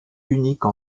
unique